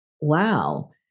wow